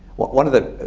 one of the